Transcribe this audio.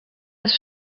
des